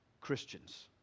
Christians